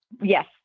Yes